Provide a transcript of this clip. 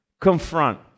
Confront